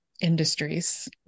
industries